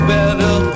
better